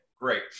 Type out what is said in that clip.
Great